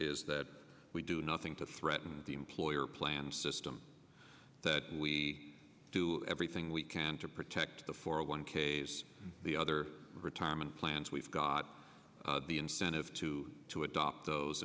is that we do nothing to threaten the employer plans system that we do everything we can to protect the four one k s the other retirement plans we've got the incentive to to adopt those